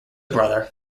brother